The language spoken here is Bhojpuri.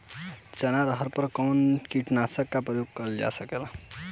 चना अरहर पर कवन कीटनाशक क प्रयोग कर जा सकेला?